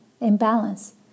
imbalance